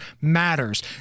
matters